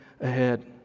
ahead